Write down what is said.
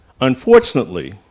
unfortunately